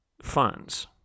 funds